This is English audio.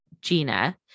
Gina